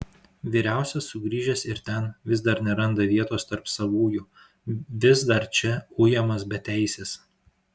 vyriausias sugrįžęs ir ten vis dar neranda vietos tarp savųjų vis dar čia ujamas beteisis